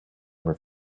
with